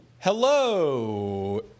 Hello